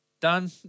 Done